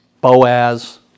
Boaz